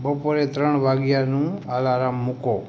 બપોરે ત્રણ વાગ્યાનું એલાર્મ મૂકો